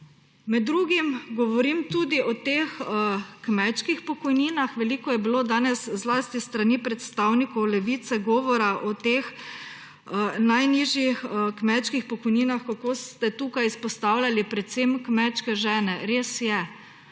Med drugim govorim tudi o teh kmečkih pokojninah, veliko je bilo danes, zlasti s strani predstavnikov Levice, govora o teh najnižjih kmečkih pokojninah, kako ste tukaj izpostavljali predvsem kmečke žene. Res je